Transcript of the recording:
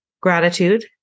Gratitude